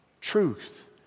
truth